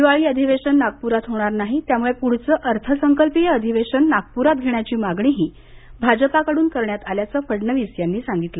हिवाळी अधिवेशन नागप्रात होणार नाही त्यामुळे पुढचं अर्थसंकल्पीय अधिवेशन नागप्रात घेण्याची मागणीही भाजपाकडून करण्यात आल्याचं फडणवीस यांनी सांगितलं